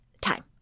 time